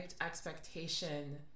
expectation